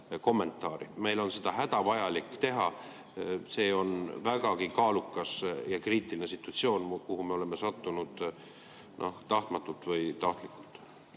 kommentaari. Meil on hädavajalik seda teha. See on vägagi kaalukas ja kriitiline situatsioon, kuhu me oleme sattunud kas tahtmatult või tahtlikult.